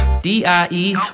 D-I-E